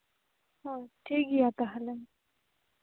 ᱦᱳᱭ ᱴᱷᱤᱠ ᱜᱮᱭᱟ ᱛᱟᱦᱚᱞᱮ